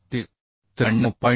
तर ते 93